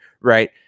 Right